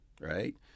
right